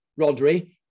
Rodri